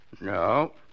No